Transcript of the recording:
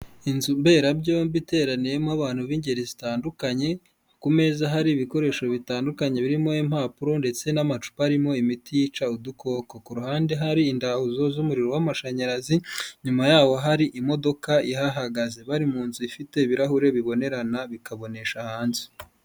Inzu mberabyombi iteraniyemo abantu b'ingeri zitandukanye, ku meza hari ibikoresho bitandukanye birimo impapuro ndetse n'amacupa arimo imiti yica udukoko. Ku ruhande hari indahuzo z'umuriro w'amashanyarazi, nyuma yaho hari imodoka ihahagaze. Bari mu nzu ifite ibirahure bibonerana bikabonesha hanze.